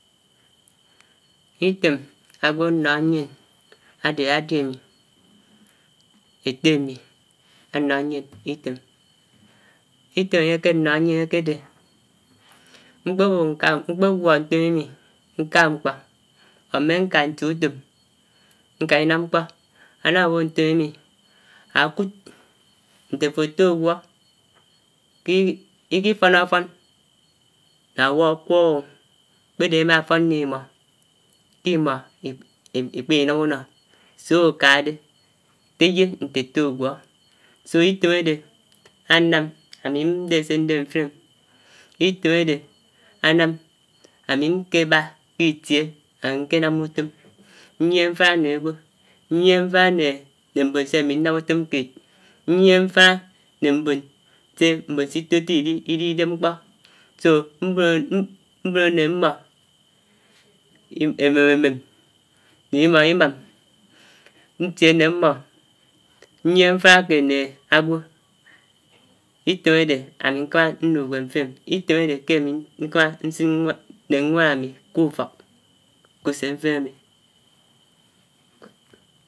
Itém àgwó ánnóhó mié àdé á daddy àmi, étté àmi ànnó mén itém ànyé ké ánnó dé mkpébó nká, mkpégwó nté mmimi nká mkpó or mé nká ntié utóm nká inám mkpó ánabó ntómmi mi ákud nte fó ágwó k'iki, ikifórófón yák ágwó ákuk ágwó kpédé ámá fón mmé mó, ké imó ikpá inám unó so ákànádé tóyó nté átó ágwó so itém ádé ánán ámi ndé sé ndé mfin ém, itém ádé ánám ámi nkébá ké itié nké námá utóm niéhé mfáná né ágwó, niéhé mfáná né mbón sé àmi ánám utóm kéd, niéhé mfáná gé mbón sé, né mbón sé itó tó idi, ididép mkpó so nduéhé, nduéhé né mmó, émém émém né imaam imaam, ntié né mmó niéhé mfánà dómókéd mé ágwó. Itém ádé àmi nkàmá nduwém mfin ém, itém ádé ké ámi nkámá ndúwéem mfin ém, itém àdé ké ámi nkàmá nsiné né nwán ámi k'ufók, k’usén mfin ém.